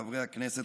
חברי הכנסת,